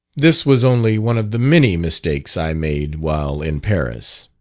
this was only one of the many mistakes i made while in paris.